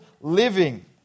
living